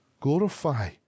Glorify